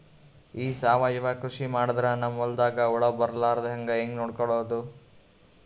ಈ ಸಾವಯವ ಕೃಷಿ ಮಾಡದ್ರ ನಮ್ ಹೊಲ್ದಾಗ ಹುಳ ಬರಲಾರದ ಹಂಗ್ ನೋಡಿಕೊಳ್ಳುವುದ?